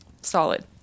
Solid